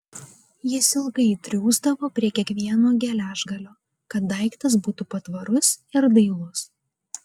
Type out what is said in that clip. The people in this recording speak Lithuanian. jis ilgai triūsdavo prie kiekvieno geležgalio kad daiktas būtų patvarus ir dailus